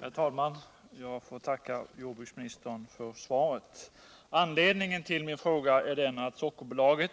Herr talman! Jag får tacka jordbruksministern för svaret. Anledningen till min fråga är att Sockerbolaget